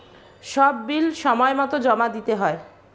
সব বিল সময়মতো জমা দিতে হয়